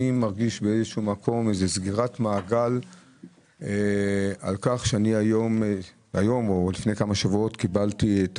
אני מרגיש באיזשהו מקום סגירת מעגל מאחר שלפני כמה שבועות קיבלתי את